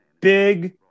Big